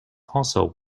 also